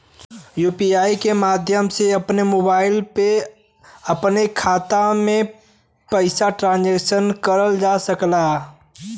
UPI के माध्यम से अपने मोबाइल से अपने खाते में पइसा ट्रांसफर करल जा सकला